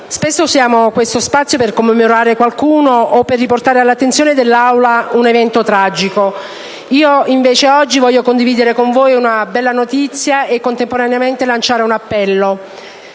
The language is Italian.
spesso usiamo questo spazio per commemorare qualcuno o per riportare all'attenzione dell'Aula un evento tragico. Io invece oggi voglio condividere con voi una bella notizia e contemporaneamente lanciare un appello.